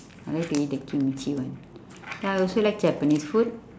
I like to eat the kimchi one I also like japanese food